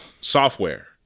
software